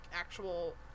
actual